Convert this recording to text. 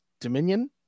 Dominion